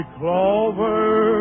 clover